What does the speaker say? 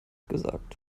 gesagt